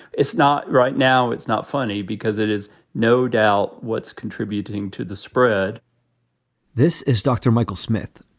it's not right now it's not funny because it is no doubt what's contributing to the spread this is dr. michael smith.